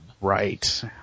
right